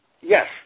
Yes